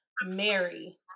Mary